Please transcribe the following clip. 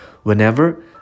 Whenever